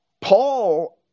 Paul